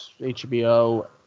HBO